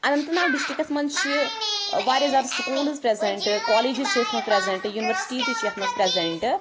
Anant Nag districts مَنٛز چھِ واریاہ زیادٕ سکولٕز پرٛیٚزنٹہٕ کالیجٕز چھِ یتھ مَنٛز پرٛیٚزنٹہٕ یونیٖورسٹیٖز تہِ چھِ یتھ مَنٛز پرٛیٚزنٹہٕ